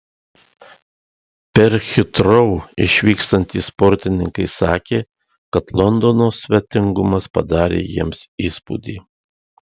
per hitrou išvykstantys sportininkai sakė kad londono svetingumas padarė jiems įspūdį